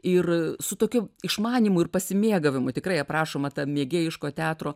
ir su tokiu išmanymu ir pasimėgavimu tikrai aprašoma ta mėgėjiško teatro